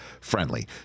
friendly